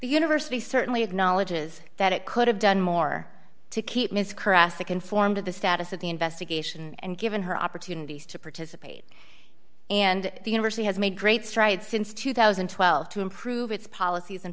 university certainly acknowledges that it could have done more to keep ms caressa conform to the status of the investigation and given her opportunities to participate and the university has made great strides since two thousand and twelve to improve its policies and